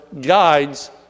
guides